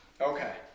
Okay